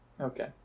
Okay